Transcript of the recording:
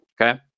Okay